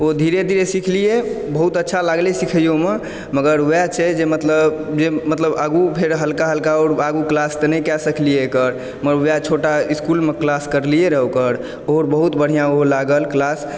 ओ धीरे धीरे सिखलियै बहुत अच्छा लागलै सिखैयओमे मगर वएह छै जे मतलब जे मतलब आगू फेर हल्का हल्का आओर आगू क्लास तऽ नहि कए सकलियै एकर मगर वएह छोटा इस्कूलमे क्लास करलियै रहऽ ओकर आओर बहुत बढ़िआँ ओहो लागल क्लास